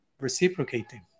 reciprocating